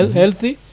healthy